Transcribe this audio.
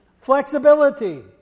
flexibility